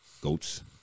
goats